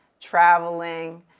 traveling